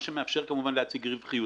מה שמאפשר להציג רווחיות.